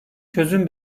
çözüm